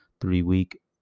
three-week